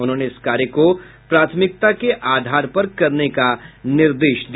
उन्होंने इस कार्य को प्राथमिकता के आधार पर करने का निर्देश दिया